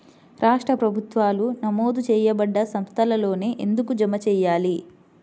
రాష్ట్ర ప్రభుత్వాలు నమోదు చేయబడ్డ సంస్థలలోనే ఎందుకు జమ చెయ్యాలి?